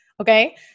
Okay